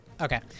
Okay